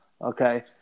Okay